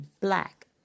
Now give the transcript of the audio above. black